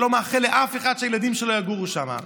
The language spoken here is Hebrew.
שאני לא מאחל לאף אחד שהילדים שלו יגורו שם.